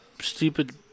stupid